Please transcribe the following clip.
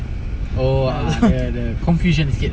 oh ah dia dia